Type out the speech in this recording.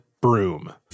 broom